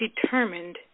determined